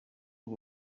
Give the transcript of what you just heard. ubu